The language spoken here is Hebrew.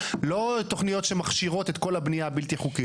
לא תוכניות שמכשירות את כל הבנייה הבלתי חוקית,